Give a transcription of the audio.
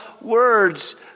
words